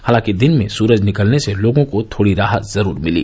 हालांकि दिन में सूरज निकलने से लोगों को थोड़ी राहत जरूर मिली